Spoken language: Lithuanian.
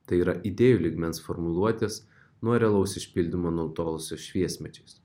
tai yra idėjų lygmens formuluotės nuo realaus išpildymo nutolusios šviesmečiais